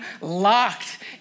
locked